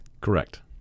Correct